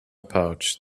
pouch